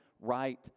right